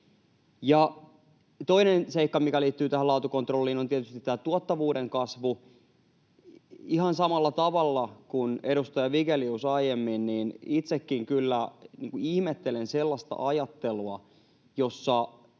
Toinen seikka, mikä liittyy tähän laatukontrolliin, on tietysti tämä tuottavuuden kasvu. Ihan samalla tavalla kuin edustaja Vigelius aiemmin, itsekin kyllä ihmettelen sellaista ajattelua, jossa